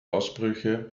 ausbrüche